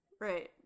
Right